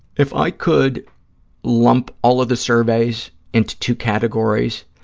if i could lump all of the surveys into two categories,